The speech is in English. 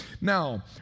Now